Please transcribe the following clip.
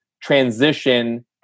transition